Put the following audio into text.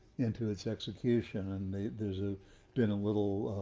into its execution. and there's a been a little